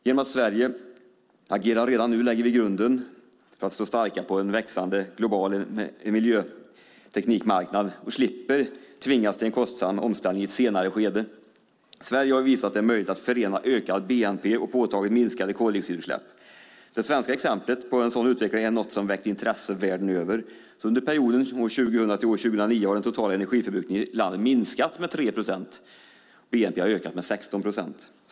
Genom att Sverige agerar redan nu lägger vi grunden för att stå starka på en växande global miljöteknikmarknad, och vi slipper tvingas till en kostsam omställning i ett senare skede. Sverige har visat en möjlighet att förena ökad bnp och påtagligt minskade koldioxidutsläpp. Det svenska exemplet på en sådan utveckling är något som har väckt intresse världen över. Under perioden 2000-2009 har den totala energiförbrukningen i landet minskat med 3 procent och bnp har ökat med 16 procent.